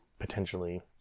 Potentially